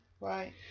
right